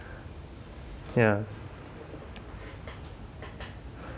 ya